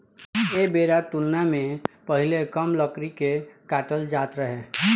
ऐ बेरा तुलना मे पहीले कम लकड़ी के काटल जात रहे